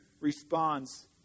responds